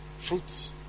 Fruits